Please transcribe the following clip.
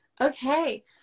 okay